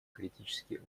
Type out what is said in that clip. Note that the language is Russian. критически